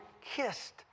kissed